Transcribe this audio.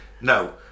No